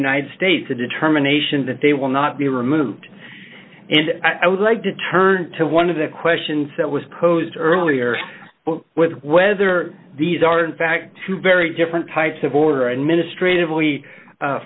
united states a determination that they will not be removed and i would like to turn to one of the questions that was posed earlier with whether these are in fact two very different types of order and ministr